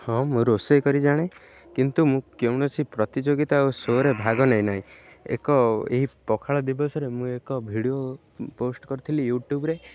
ହଁ ମୁଁ ରୋଷେଇ କରି ଜାଣେ କିନ୍ତୁ ମୁଁ କୌଣସି ପ୍ରତିଯୋଗିତା ଓ ଶୋ'ରେ ଭାଗ ନେଇନାହିଁ ଏକ ଏହି ପଖାଳ ଦିବସରେ ମୁଁ ଏକ ଭିଡ଼ିଓ ପୋଷ୍ଟ କରିଥିଲି ୟୁଟ୍ୟୁବରେ